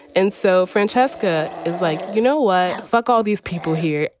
and so francesca is like, you know what? fuck all these people here.